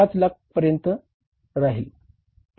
5 लाखांपर्यंत राहील